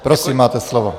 Prosím, máte slovo.